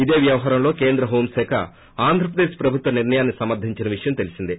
ఇదే వ్యవహారంలో కేంద్ర హోంశాఖ ఆంధ్ర ప్రదేశ్ ప్రభుత్వం నిర్ణయాన్ని సమర్గించిసే విషయంతెలిసిందే